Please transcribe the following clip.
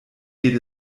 geht